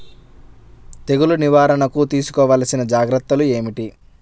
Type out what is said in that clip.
తెగులు నివారణకు తీసుకోవలసిన జాగ్రత్తలు ఏమిటీ?